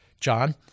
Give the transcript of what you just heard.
John